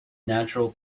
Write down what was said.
natural